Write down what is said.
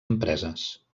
empreses